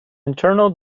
internal